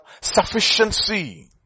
sufficiency